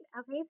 Okay